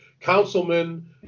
councilman